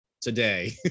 today